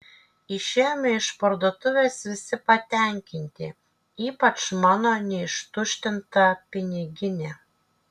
išėjome iš parduotuvės visi patenkinti ypač mano neištuštinta piniginė